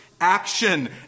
action